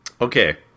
Okay